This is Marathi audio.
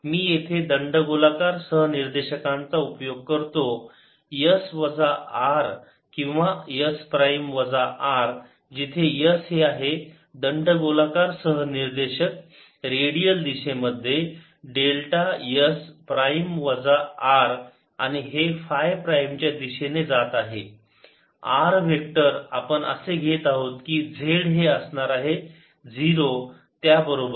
मी येथे दंडगोलाकार सहनिर्देशांकाचा उपयोग करतो s वजा R किंवा s प्राईम वजा R जिथे s हे आहे दंडगोलाकार सहनिर्देशक रेडियल दिशेमध्ये डेल्टा s प्राईम वजा R आणि हे फाय प्राईम च्या दिशेने जात आहे r वेक्टर आपण असे घेत आहोत की z हे असणार आहे 0 त्याबरोबर